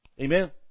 Amen